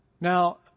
Now